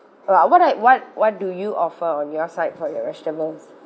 but what I what what do you offer on your side for your vegetables